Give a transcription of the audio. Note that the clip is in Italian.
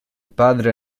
padre